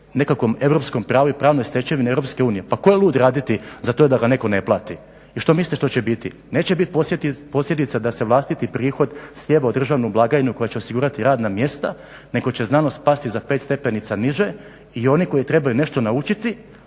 nekakvom europskom pravu i pravne stečevine EU. Pa ko je lud raditi za to da ga netko ne plati? I što mislite što će biti? Neće biti posljedica da se vlastiti prihod slijeva u državnu blagajnu koja će osigurati radna mjesta, nego će znanost pasti za 5 stepenica niže i oni koji trebaju nešto naučiti,